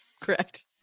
correct